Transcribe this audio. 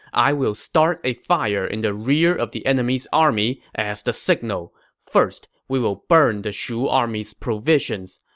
i will start a fire in the rear of the enemy's army as the signal. first, we will burn the shu army's provisions.